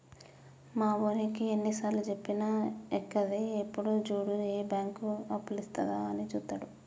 మావోనికి ఎన్నిసార్లుజెప్పినా ఎక్కది, ఎప్పుడు జూడు ఏ బాంకు అప్పులిత్తదా అని జూత్తడు